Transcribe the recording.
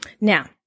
Now